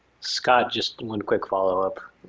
scott, just one quick follow-up.